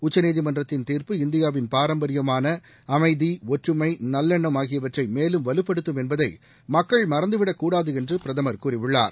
உச்சநீதிமன்றத்தின் தீர்ப்பு இந்தியாவின் பாரம்பரியமான அமைதி ஒற்றுமை நல்லெண்ணம் ஆகியவற்றை மேலும் வலுப்படுத்தும் என்பதை மக்கள் மறந்துவிடக்கூடாது என்று பிரதமர் கூறியுள்ளார்